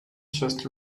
just